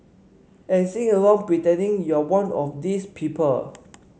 and sing along pretending you're one of these people